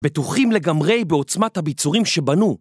בטוחים לגמרי בעוצמת הביצורים שבנו.